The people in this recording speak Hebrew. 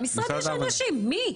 במשרד יש אנשים, מי.